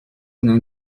known